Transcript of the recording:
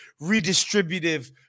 redistributive